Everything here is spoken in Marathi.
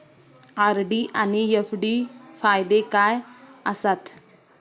आर.डी आनि एफ.डी फायदे काय आसात?